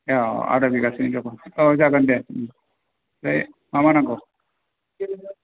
औ आदा बिगासोनि जख' औ जागोन दे ओमफ्राय मा मा नांगौ